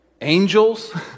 angels